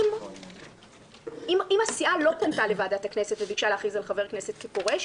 אם הסיעה לא פנתה לוועדת הכנסת וביקשה להכריז על חבר הכנסת כפורש,